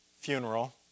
funeral